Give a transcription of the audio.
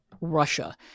Russia